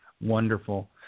wonderful